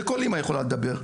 זה כל אמא יכולה לדבר,